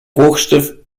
hochstift